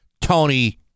Tony